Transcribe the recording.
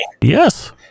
Yes